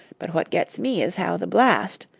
but what gets me is how the blast,